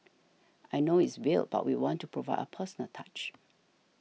I know it's weird but we want to provide a personal touch